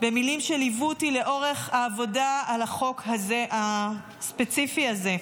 במילים שליוו אותי לאורך העבודה על החוק הספציפי הזה.